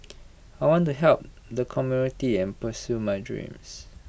I want to help the and pursue my dreams